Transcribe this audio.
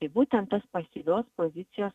tai būtent tas pasyvios pozicijos